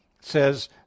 says